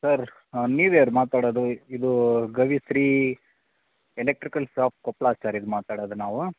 sir ನೀವ್ಯಾರು ಮಾತಾಡೋದು ಇದು Gavishri electrical shop Koppal sir ಇದು ಮಾತಾಡದು ನಾವು